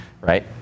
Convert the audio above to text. right